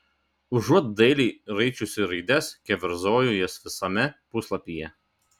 užuot dailiai raičiusi raides keverzoju jas visame puslapyje